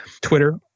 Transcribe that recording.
Twitter